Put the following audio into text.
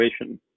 innovation